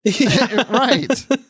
Right